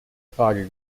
frage